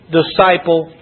disciple